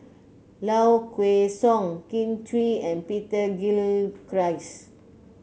Low Kway Song Kin Chui and Peter Gilchrist